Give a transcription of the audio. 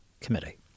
committee